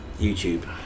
YouTube